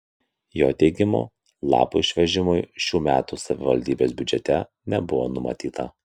jo teigimu lapų išvežimui šių metų savivaldybės biudžete nebuvo numatyta